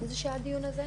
עד איזו שעה הדיון הזה?